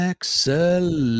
Excellent